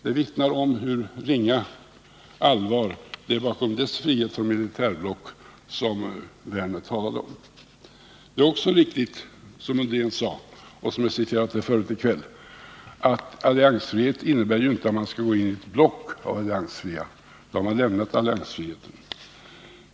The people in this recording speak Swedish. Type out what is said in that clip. Den vittnar om hur ringa allvar det är bakom dess frihet från militära block, som Werner talade om. Det är också riktigt som Undén sagt och som citerats här tidigare, att alliansfrihet inte innebär att man skall gå in i ett block av alliansfria stater — då har man lämnat alliansfriheten.